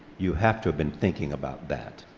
you have to have been thinking about that.